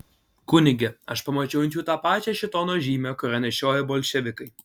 kunige aš pamačiau ant jų tą pačią šėtono žymę kurią nešioja bolševikai